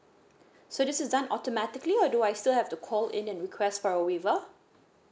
so this is done automatically or do I still have to call in and request for a waiver